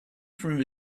from